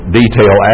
detail